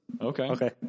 Okay